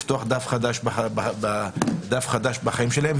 לפתוח דף חדש בחיים שלהם,